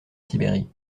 sibérie